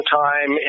time